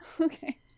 Okay